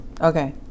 okay